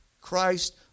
Christ